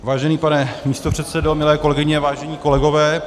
Vážený pane místopředsedo, milé kolegyně, vážení kolegové.